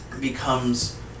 becomes